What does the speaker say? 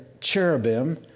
Cherubim